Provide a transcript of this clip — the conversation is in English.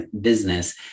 business